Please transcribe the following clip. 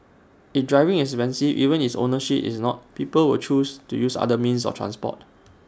if driving is expensive even if ownership is not people will choose to use other means of transport